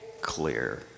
clear